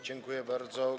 Dziękuję bardzo.